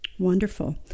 Wonderful